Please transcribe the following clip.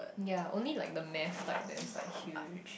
yea only like the mass like that likes huge